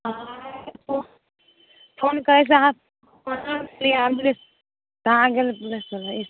phone करै से अहाँ कहाँ गेल पुलिस बला ई